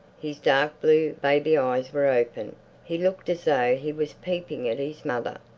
his dark-blue, baby eyes were open he looked as though he was peeping at his mother.